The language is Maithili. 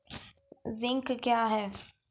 जिंक क्या हैं?